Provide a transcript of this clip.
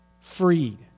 freed